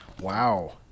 wow